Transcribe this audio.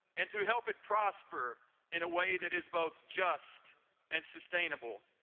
and to help it prosper in a way that is both just and sustainable.